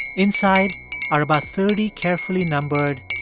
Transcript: inside are about thirty carefully numbered,